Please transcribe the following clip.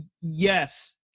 Yes